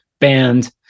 band